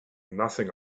nothing